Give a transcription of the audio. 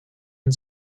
and